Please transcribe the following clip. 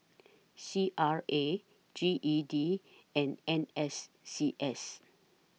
C R A G E D and N S C S